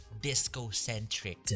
disco-centric